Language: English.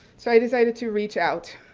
so i decided to reach out